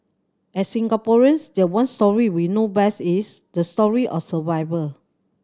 as Singaporeans the one story we know best is the story of survival